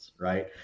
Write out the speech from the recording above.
right